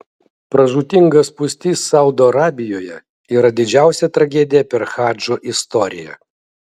pražūtinga spūstis saudo arabijoje yra didžiausia tragedija per hadžo istoriją